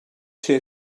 ser